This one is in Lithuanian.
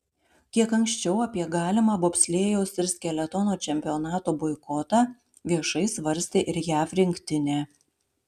kiek anksčiau apie galimą bobslėjaus ir skeletono čempionato boikotą viešai svarstė ir jav rinktinė